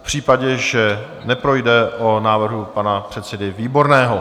V případě, že neprojde, o návrhu pana předsedy Výborného.